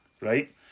right